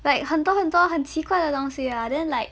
like 很多很多很奇怪的东西 ah then like